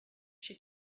she